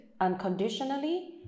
unconditionally